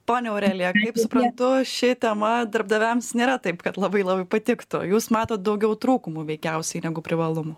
ponia aurelija kaip suprantu ši tema darbdaviams nėra taip kad labai labai patiktų jūs matot daugiau trūkumų veikiausiai negu privalumų